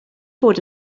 bod